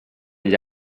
gli